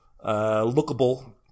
lookable